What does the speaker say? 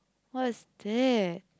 what's that